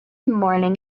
morning